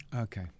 Okay